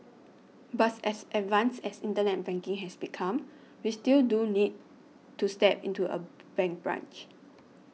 bus as advanced as internet banking has become we still do need to step into a bank branch